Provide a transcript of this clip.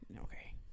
okay